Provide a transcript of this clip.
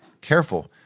Careful